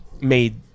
Made